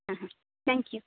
ಹಾಂ ಹಾಂ thank you